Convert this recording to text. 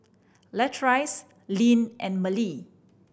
Latrice Linn and Mallie